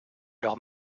leurs